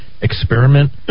experiment